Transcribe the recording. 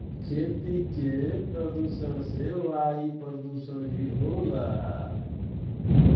खेती के प्रदुषण से वायु परदुसन भी होला